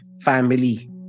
family